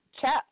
chat